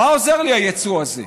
מה עוזר לי היצוא הזה?